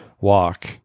walk